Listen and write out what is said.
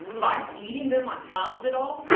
by eating them, on top of it all?